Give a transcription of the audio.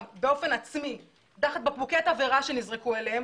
באופן עצמי תחת בקבוקי תבערה שנזרקו אליהם.